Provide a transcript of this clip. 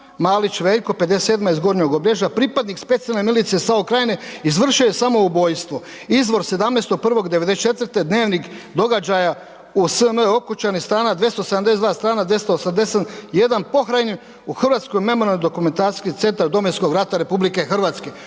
Malić Veljko 57. iz Gornjeg Obrežja pripadnik Specijalne milicije SAO Krajine izvršio je samoubojstvo. Izbor 17. 1. 94. Dnevnik događaja u SM Okučani, strana 272., strana 281. Pohranjen u Hrvatski memorijalni dokumentacijski centar Domovinskog rata Republike Hrvatske.“